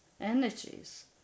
energies